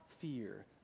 fear